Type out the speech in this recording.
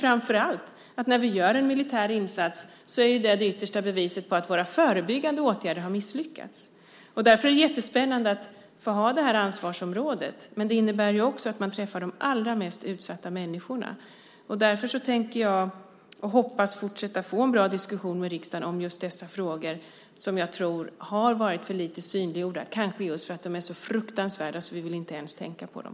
Framför allt: När vi gör en militär insats är det det yttersta beviset på att våra förebyggande åtgärder har misslyckats. Därför är det jättespännande att få ha det här ansvarsområdet, men det innebär också att man träffar de allra mest utsatta människorna. Därför hoppas jag få en fortsatt bra diskussion med riksdagen om dessa frågor, som jag tror har varit för lite synliggjorda, kanske just för att de är så fruktansvärda att vi inte ens vill tänka på dem.